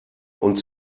und